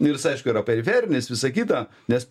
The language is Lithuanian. ir jis aišku yra periferinis visa kita nes